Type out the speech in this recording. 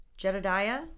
Jedidiah